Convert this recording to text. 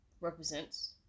represents